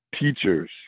Teachers